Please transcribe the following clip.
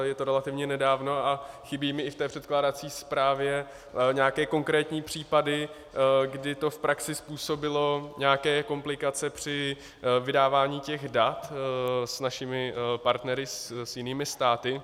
Je to relativně nedávno a chybí mi v té předkládací zprávě i nějaké konkrétní případy, kdy to v praxi způsobilo nějaké komplikace při vydávání těch dat s našimi partnery s jinými státy.